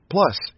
Plus